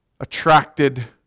attracted